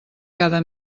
cada